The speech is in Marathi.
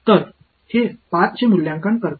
तर हे 5 चे मूल्यांकन करते